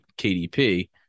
KDP